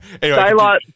daylight